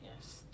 Yes